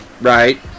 right